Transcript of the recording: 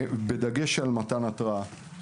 בדגש על מתן התרעה.